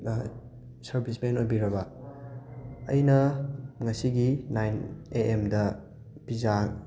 servicemen ꯑꯣꯏꯕꯤꯔꯕ ꯑꯩꯅ ꯉꯁꯤꯒꯤ ꯅꯥꯏꯟ ꯑꯦ ꯑꯦꯝꯗ ꯄꯤꯖꯥ